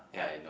yeah